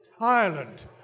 Ireland